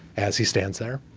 as he stands there,